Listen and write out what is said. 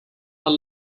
are